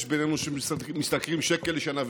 יש בינינו שמשתכרים שקל לשנה,